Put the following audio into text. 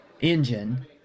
engine